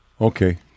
Okay